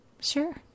Sure